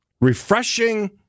refreshing